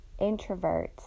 introverts